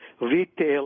retail